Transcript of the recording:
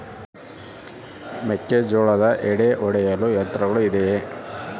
ಮೆಕ್ಕೆಜೋಳದ ಎಡೆ ಒಡೆಯಲು ಯಂತ್ರಗಳು ಇದೆಯೆ?